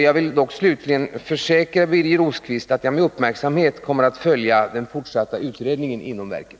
Jag kan försäkra Birger Rosqvist att jag med uppmärksamhet kommer att följa den fortsatta utredningen inom verket.